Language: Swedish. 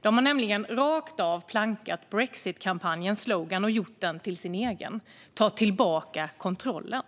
De har nämligen rakt av plankat brexitkampanjens slogan och gjort den till sin egen: "Ta tillbaka kontrollen!"